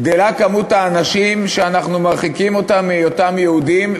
גדלה כמות האנשים שאנחנו מרחיקים אותם מהיותם יהודים,